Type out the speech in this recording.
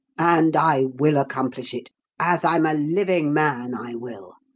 and i will accomplish it as i'm a living man, i will!